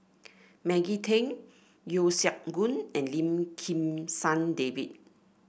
Maggie Teng Yeo Siak Goon and Lim Kim San David